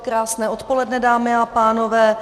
Krásné odpoledne, dámy a pánové.